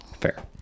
Fair